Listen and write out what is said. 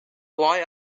boy